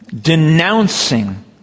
denouncing